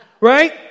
right